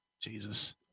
Jesus